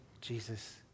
Jesus